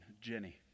Jenny